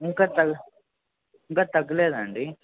ఇంకా తగ్గ ఇంకా తగ్గలేదా అండి